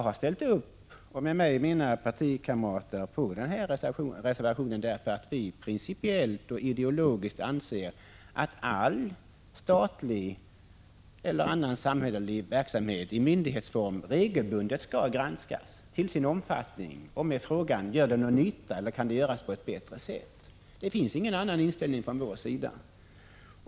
Jag och mina partikamrater har ställt oss bakom reservation 1 därför att vi principiellt och ideologiskt anser att all statlig eller annan samhällelig verksamhet i myndighetsform regelbundet skall granskas, till sin omfattning och med frågan: Gör myndigheten någon nytta, eller kan arbetet utföras på ett bättre sätt? Det finns ingen annan inställning från vår sida.